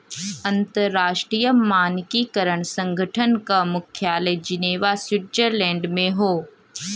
अंतर्राष्ट्रीय मानकीकरण संगठन क मुख्यालय जिनेवा स्विट्जरलैंड में हौ